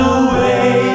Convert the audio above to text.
away